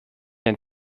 ein